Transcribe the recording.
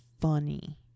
funny